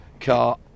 car